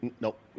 Nope